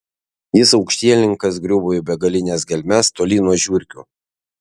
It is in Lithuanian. jis aukštielninkas griuvo į begalines gelmes tolyn nuo žiurkių